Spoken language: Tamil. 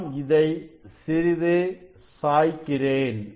நான் இதை சிறிது சாய்கிறேன்